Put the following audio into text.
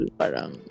parang